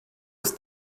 ist